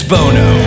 Bono